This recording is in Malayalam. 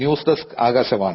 news desk Akashvani